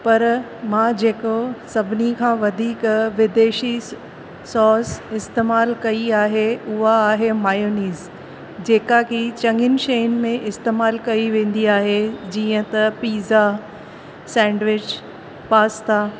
पर मां जेको सभिनी खां वधीक विदेशी सॉस इस्तेमालु कई आहे उहा आहे मेयोनेज़ जेका कि चङिनि शयुनि में इस्तेमालु कई वेंदी आहे जीअं त पिज़्ज़ा सेंडविच पास्ता